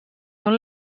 són